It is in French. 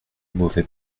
mauvais